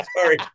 Sorry